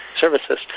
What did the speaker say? services